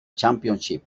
championship